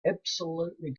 absolutely